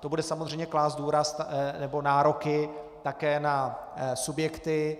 To bude samozřejmě klást důraz nebo nároky také na subjekty